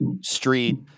street